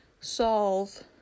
solve